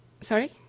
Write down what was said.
Sorry